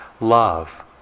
love